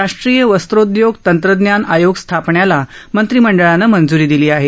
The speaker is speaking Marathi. राष्ट्रीय वस्त्रोद्योग तंत्रज्ञान आयोग स्थापण्याला मंत्रिमंडळानं मंज्री दिली आहे